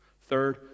third